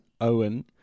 Owen